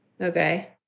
Okay